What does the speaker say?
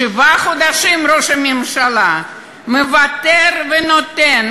שבעה חודשים ראש הממשלה מוותר ונותן,